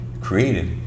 created